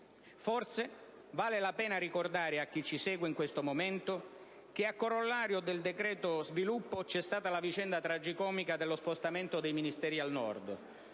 Forse vale la pena ricordare a chi ci segue in questo momento che a corollario del decreto-legge sullo sviluppo vi è stata la vicenda tragicomica dello spostamento dei Ministeri al Nord.